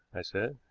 i said.